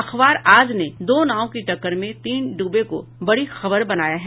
अखबार आज ने दो नावों की टक्कर में तीन डूबे को बड़ी खबर बनाया है